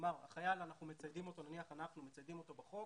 אנחנו מציידים את החייל בחוק,